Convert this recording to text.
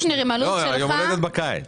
לא, יום ההולדת הוא בקיץ.